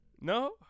No